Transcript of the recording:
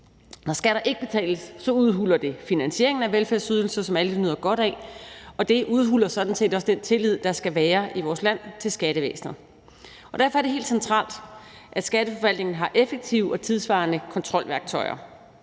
Når skatter ikke betales, udhuler det finansieringen af velfærdsydelser, som alle nyder godt af, og det udhuler sådan set også den tillid, der skal være i vores land til skattevæsenet. Derfor er det helt centralt, at Skatteforvaltningen har effektive og tidssvarende kontrolværktøjer.